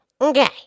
Okay